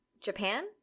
japan